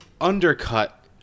undercut